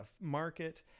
market